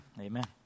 amen